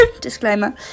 Disclaimer